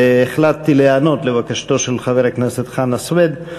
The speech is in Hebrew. והחלטתי להיענות לבקשתו של חבר הכנסת חנא סוייד.